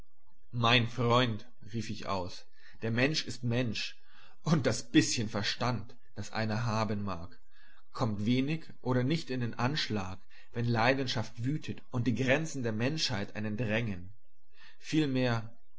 mein freund rief ich aus der mensch ist mensch und das bißchen verstand das einer haben mag kommt wenig oder nicht in anschlag wenn leidenschaft wütet und die grenzen der menschheit einen drängen vielmehr ein